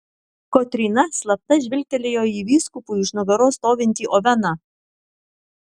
kotryna slapta žvilgtelėjo į vyskupui už nugaros stovintį oveną